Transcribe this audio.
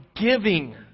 giving